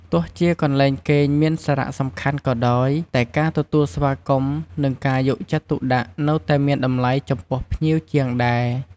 ទោះជាកន្លែងគេងមានសារៈសំខាន់ក៏ដោយ តែការទទួលស្វាគមន៍ និងការយកចិត្តទុកដាក់នៅតែមានតម្លៃចំពោះភ្ញៀវជាងដែរ។